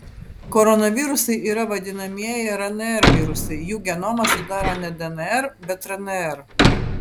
koronavirusai yra vadinamieji rnr virusai jų genomą sudaro ne dnr bet rnr